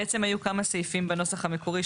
היו כמה סעיפים בנוסח המקורי,